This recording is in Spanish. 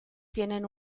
tienen